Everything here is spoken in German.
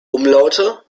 umlaute